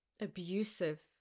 abusive